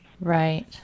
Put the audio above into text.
Right